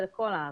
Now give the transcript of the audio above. אלא לכל הארץ.